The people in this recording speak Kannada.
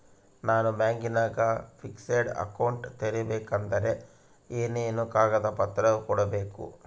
ನಾನು ಬ್ಯಾಂಕಿನಾಗ ಫಿಕ್ಸೆಡ್ ಅಕೌಂಟ್ ತೆರಿಬೇಕಾದರೆ ಏನೇನು ಕಾಗದ ಪತ್ರ ಕೊಡ್ಬೇಕು?